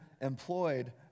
employed